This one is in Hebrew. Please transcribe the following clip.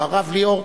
הוא הרב ליאור.